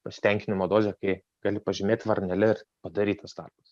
pasitenkinimo dozę kai gali pažymėti varnele ir padarytas darbas